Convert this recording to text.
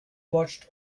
watched